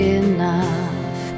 enough